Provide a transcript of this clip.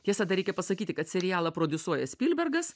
tiesa dar reikia pasakyti kad serialą prodiusuoja spilbergas